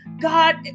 God